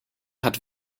hat